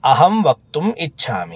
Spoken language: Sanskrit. अहं वक्तुम् इच्छामि